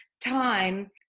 time